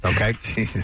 Okay